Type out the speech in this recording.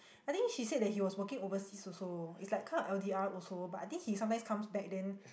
I think she said that he was working overseas also is like kind of L_D_R also but I think he sometimes comes back then